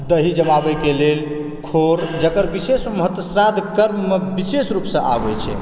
दही जमाबएके लेल खोर जेकर विशेष महत्व श्राध कर्ममे विशेष रूपसंँ आबए छै